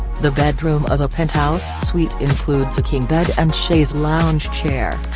the bedroom of a penthouse suite includes a king bed and chaise lounge chair.